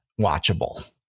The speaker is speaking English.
watchable